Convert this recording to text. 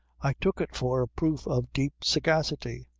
i took it for a proof of deep sagacity.